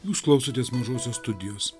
jūs klausotės mažosios studijos